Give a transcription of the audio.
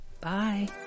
Bye